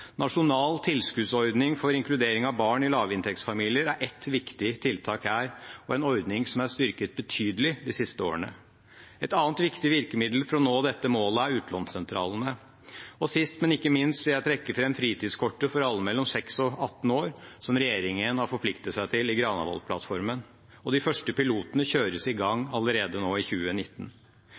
Nasjonal tilskuddsordning for inkludering av barn i lavinntektsfamilier er ett viktig tiltak her – en ordning som er styrket betydelig de siste årene. Et annet viktig virkemiddel for å nå dette målet er utlånssentralene. Sist, men ikke minst vil jeg trekke fram fritidskortet for alle mellom 6 og 18 år, som regjeringen har forpliktet seg til i Granavolden-plattformen. De første pilotene kjøres i gang allerede nå i 2019.